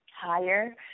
Higher